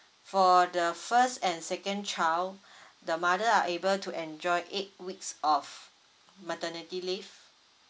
for the first and second child the mother are able to enjoy eight weeks of maternity leave